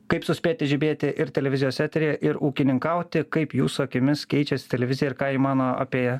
kaip suspėti žibėti ir televizijos eteryje ir ūkininkauti kaip jūsų akimis keičias televizija ir ką ji mano apie